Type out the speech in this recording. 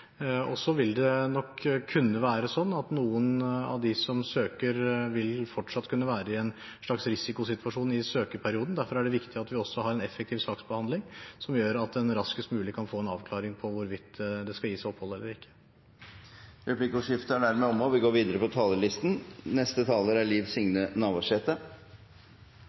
plass så raskt som mulig. Så vil det nok kunne være sånn at noen av dem som søker, fortsatt vil være i en slags risikosituasjon i søkeperioden. Derfor er det viktig at vi også har en effektiv saksbehandling som gjør at en raskest mulig kan få en avklaring på hvorvidt det skal gis opphold eller ikke. Replikkordskiftet er omme. De talere som heretter får ordet, har en taletid på inntil 3 minutter. «Prisen på storhet er